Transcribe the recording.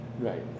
right